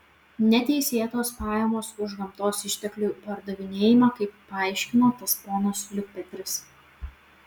neteisėtos pajamos už gamtos išteklių pardavinėjimą kaip paaiškino tas ponas liukpetris